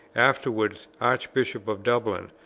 afterwards archbishop of dublin,